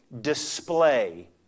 display